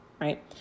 right